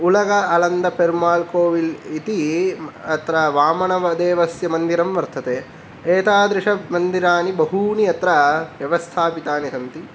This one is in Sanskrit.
उलग अलान्दपेर्माल् कोविल् इति अत्र वामनदेवस्य मन्दिरं वर्तते एतादृशमन्दिराणि बहूनि अत्र व्यवस्थापितानि सन्ति